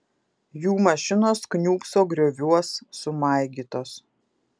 jų mašinos kniūbso grioviuos sumaigytos